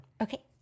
Okay